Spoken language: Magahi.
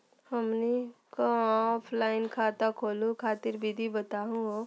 हमनी क ऑफलाइन खाता खोलहु खातिर विधि बताहु हो?